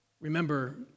Remember